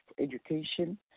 Education